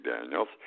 Daniels